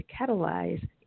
catalyze